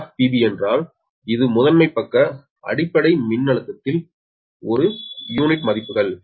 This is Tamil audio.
𝑽𝒑 𝒑u என்றால் இது முதன்மை பக்க அடிப்படை மின்னழுத்தத்தில் ஒரு யூனிட் மதிப்புகள்